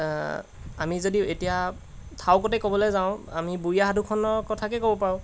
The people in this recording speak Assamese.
আমি যদি এতিয়া থাওকতে ক'বলৈ যাওঁ আমি বুঢ়ী আই সাধুখনৰ কথাকে ক'ব পাৰোঁ